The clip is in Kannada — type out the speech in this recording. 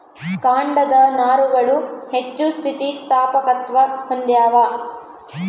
ಕಾಂಡದ ನಾರುಗಳು ಹೆಚ್ಚು ಸ್ಥಿತಿಸ್ಥಾಪಕತ್ವ ಹೊಂದ್ಯಾವ